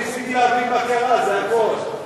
ניסיתי להבין מה קרה, זה הכול.